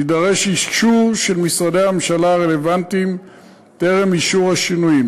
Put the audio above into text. יידרש אישור של משרדי הממשלה הרלוונטיים טרם אישור השינויים.